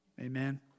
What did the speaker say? Amen